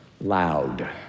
Loud